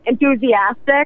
enthusiastic